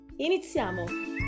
Iniziamo